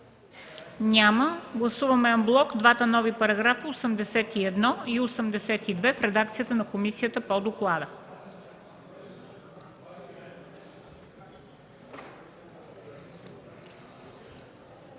Няма. Гласуваме анблок двата нови параграфа 81 и 82 в редакцията на комисията по доклада.